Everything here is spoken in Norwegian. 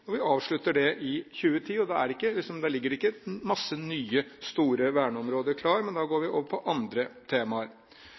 ting. Vi avslutter det i 2010, og da ligger det ikke klart mange nye, store verneområder, men da går